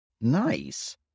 Nice